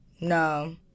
No